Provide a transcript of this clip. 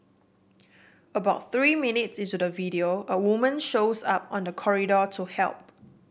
about three minutes into the video a woman shows up on the corridor to help